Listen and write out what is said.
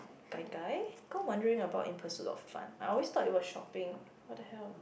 gai gai go wandering about in pursuit of fun I always thought it was shopping what the hell